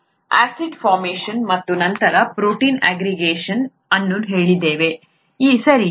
ನಾವು acid formation ಮತ್ತು ನಂತರ ಪ್ರೋಟೀನ್ ಆಗ್ರಿಗೇಷನ್ ಅನ್ನು ಹೇಳಿದೆವು ಸರಿ